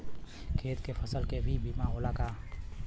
खेत के फसल के भी बीमा होला का?